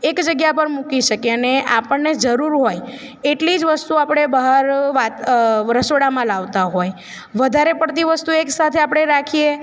એક જગ્યા પર મૂકી શકીએ અને આપણને જરૂર હોય એટલી જ વસ્તુ આપણે બહાર વાત રસોડામાં લાવતા હોય વધારે પડતી વસ્તુઓ એકસાથે આપણે રાખીએ